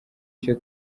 icyo